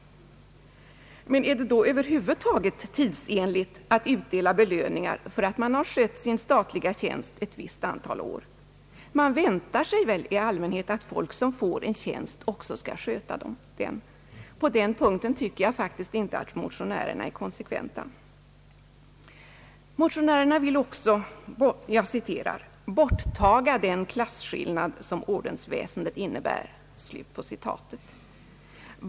Är det då över huvud taget tidsenligt att utdela belöningar för att någon skött sin statliga tjänst ett visst antal år? Man väntar sig väl i allmänhet att folk som får en tjänst också skall sköta den. På den punkten tycker jag inte att motionärerna är konsekventa. Motionärerna vill också »borttaga den klasskillnad som ordensväsendet innebär».